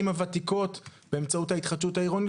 הוותיקות באמצעות ההתחדשות העירונית,